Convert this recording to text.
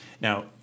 now